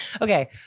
Okay